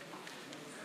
שלוש